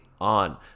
on